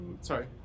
Sorry